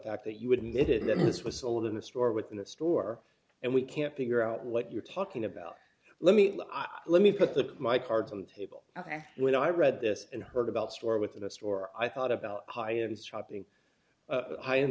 fact that you would miss it then this was sold in the store within the store and we can't figure out what you're talking about let me let me put my cards on the table ok when i read this and heard about store within a store i thought about high end shopping